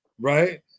right